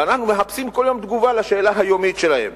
ואנחנו מחפשים כל יום תגובה על השאלה היומית שלהם.